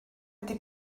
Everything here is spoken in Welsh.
wedi